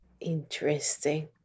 Interesting